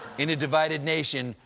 in a divided nation,